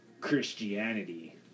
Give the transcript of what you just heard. Christianity